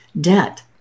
debt